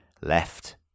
Left